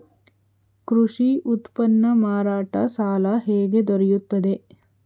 ಕೃಷಿ ಉತ್ಪನ್ನ ಮಾರಾಟ ಸಾಲ ಹೇಗೆ ದೊರೆಯುತ್ತದೆ?